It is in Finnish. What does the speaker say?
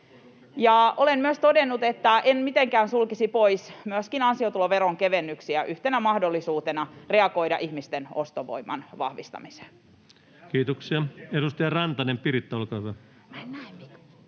Olen myös todennut, että en mitenkään sulkisi pois myöskään ansiotuloveron kevennyksiä yhtenä mahdollisuutena reagoida ihmisten ostovoiman vahvistamiseen. [Ben Zyskowicz: Enää puuttuvat ne